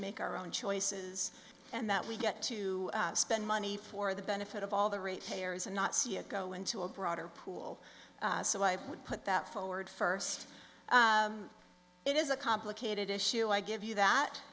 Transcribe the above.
make our own choices and that we get to spend money for the benefit of all the ratepayers and not see it go into a broader pool so i would put that forward first it is a complicated issue i give you that